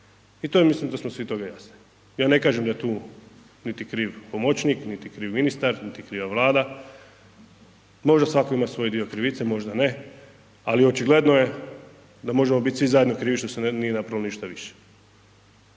i to je mislim da smo svi toga jasni. Ja ne kažem da tu niti je kriv pomoćnik niti kriv je ministar niti je kriva Vlada, možda svatko ima svoj dio krivice, možda ne ali očigledno je da možemo bit svi zajedno krivi što se nije napravilo ništa više